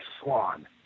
Swan